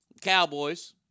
Cowboys